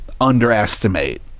underestimate